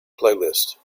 playlist